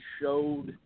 showed